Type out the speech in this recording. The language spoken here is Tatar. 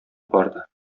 барды